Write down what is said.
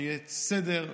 שיהיה סדר,